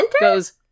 goes